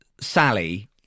Sally